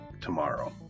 tomorrow